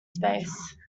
space